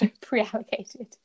pre-allocated